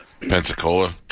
Pensacola